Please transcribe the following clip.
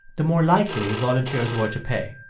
the more likely volunteers were to pay.